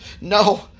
No